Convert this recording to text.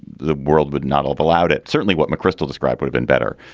the world would not have allowed it. certainly what mcchrystal described would've been better.